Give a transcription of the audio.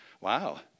wow